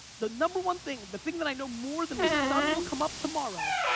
the number one thing, the thing that i know more than the sun will come up tomorrow,